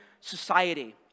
society